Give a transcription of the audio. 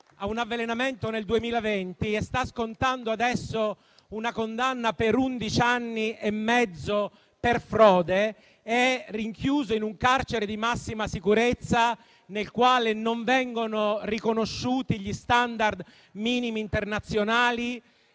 a un avvelenamento nel 2020 e sta scontando una condanna a undici anni e mezzo per frode. È rinchiuso in un carcere di massima sicurezza, nel quale non vengono riconosciuti gli *standard* minimi internazionali.